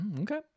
Okay